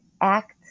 act